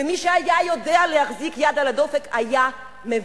מי שהיה יודע להחזיק יד על הדופק, היה מבין